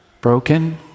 broken